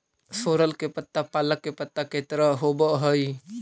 सोरल के पत्ता पालक के पत्ता के तरह होवऽ हई